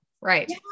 Right